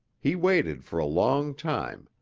he waited for a long time,